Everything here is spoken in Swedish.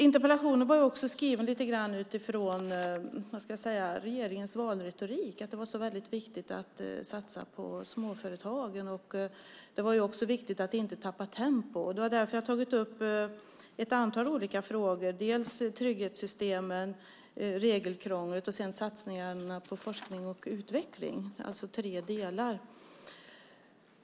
Interpellationen var också skriven utifrån regeringens valretorik, nämligen att det var så viktigt att satsa på småföretagen. Det var också viktigt att inte tappa tempo. Det är därför jag har tagit upp ett antal olika frågor. Det gäller trygghetssystemen, regelkrånglet och satsningarna på forskning och utveckling - alltså tre delar.